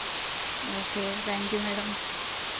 okay thank you madam